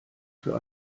für